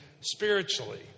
spiritually